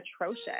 Atrocious